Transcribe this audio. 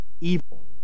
evil